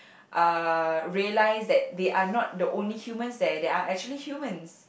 uh realise that they are not the only humans there there are actually humans